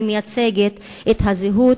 אני מייצגת את הזהות,